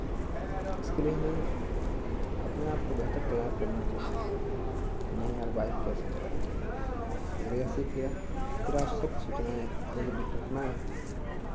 इसके लिए हमें अपने आपको बेहतर तैयार करना चाहिए कि नहीं यार बाइक कैसे चलानी चाहिए अगर यह सीख लिया फिर आवश्यक सूचनाएँ कि अगर दुर्घटना